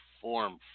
form